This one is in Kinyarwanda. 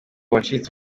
wacitse